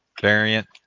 variant